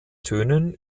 tönen